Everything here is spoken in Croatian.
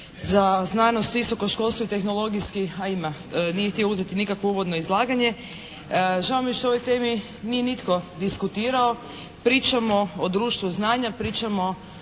za znanost, visoko školstvo i tehnologijski. A ima. Nije htio uzeti nikakvo uvodno izlaganje. Žao mi je što o ovoj temi nije nitko diskutirao. Pričamo o društvu znanja, pričamo